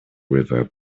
river